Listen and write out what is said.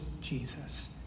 Jesus